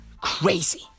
crazy